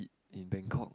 in Bangkok